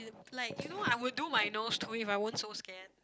y~ like you know I would do my nose too if I weren't so scared